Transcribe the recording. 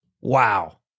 Wow